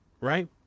right